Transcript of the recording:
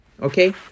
Okay